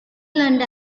and